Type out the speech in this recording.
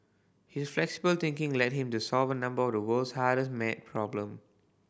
his flexible thinking led him to solve a number of the world's hardest maths problems